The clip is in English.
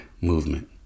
movement